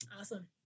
Awesome